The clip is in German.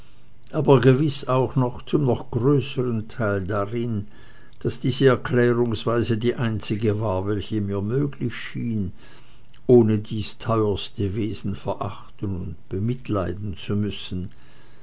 aber gewiß auch zum noch größeren teil darin daß diese erklärungsweise die einzige war welche mir möglich schien ohne dies teuerste wesen verachten und bemitleiden zu müssen